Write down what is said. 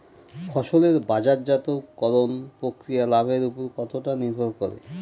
ফসলের বাজারজাত করণ প্রক্রিয়া লাভের উপর কতটা নির্ভর করে?